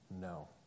no